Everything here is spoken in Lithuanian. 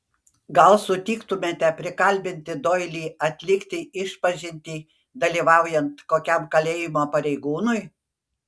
gal sutiktumėte prikalbinti doilį atlikti išpažintį dalyvaujant kokiam kalėjimo pareigūnui